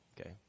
Okay